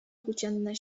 płócienne